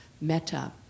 meta